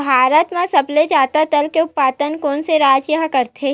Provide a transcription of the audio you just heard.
भारत मा सबले जादा दाल के उत्पादन कोन से राज्य हा करथे?